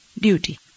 duty